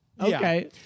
Okay